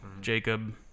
Jacob